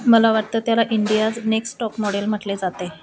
मला वाटतं त्याला इंडियाज नेक्स्ट टॉप मॉडेल म्हटले जाते